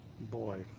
Boy